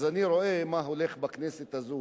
אז אני רואה מה הולך בכנסת הזאת.